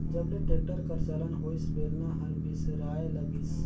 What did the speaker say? जब ले टेक्टर कर चलन होइस बेलना हर बिसराय लगिस